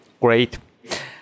Great